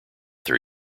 their